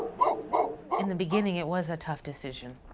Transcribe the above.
in the beginning, it was a tough decision,